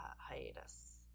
hiatus